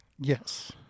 Yes